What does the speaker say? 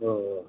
ஓ ஓ